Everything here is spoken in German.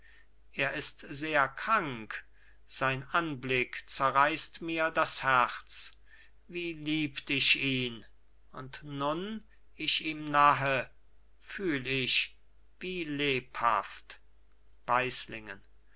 er ist sehr krank sein anblick zerreißt mir das herz wie liebt ich ihn und nun ich ihm nahe fühl ich wie lebhaft